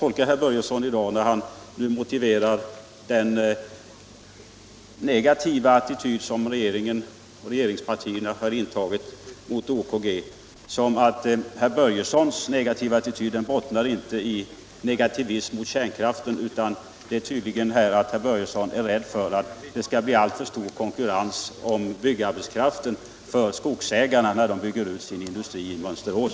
När herr Börjesson nu motiverar den negativa attityd som regeringspartierna har intagit mot OKG tolkar jag honom så att hans negativa attityd inte bottnar i negativism mot kärnkraften, utan herr Börjesson är tydligen rädd för att det skall bli konkurrens om byggarbetskraften för skogsägarna när de bygger ut sin industri i Mönsterås.